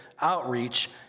outreach